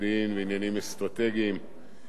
בסדר,